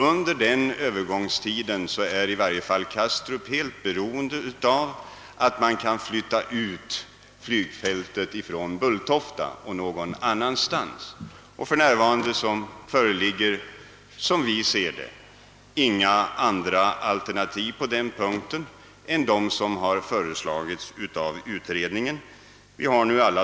Under den övergångstiden är Kastrup helt beroende av att man kan ilytta ut flygfältet från Bulltofta till någon annan plats. För närvarande föreligger, som vi ser det, inga andra alternativ på den punkten än de som har föreslagits av utredningen.